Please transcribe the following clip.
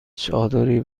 چادری